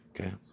Okay